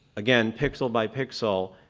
again pixel by pixel,